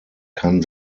kann